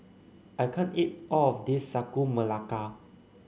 I can't eat all of this Sagu Melaka